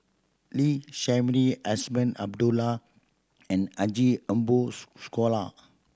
Lee Shermay Azman Abdullah and Haji Ambo Sooloh